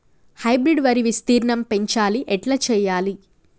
Hybrid వరి విస్తీర్ణం పెంచాలి ఎట్ల చెయ్యాలి?